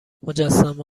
مجسمه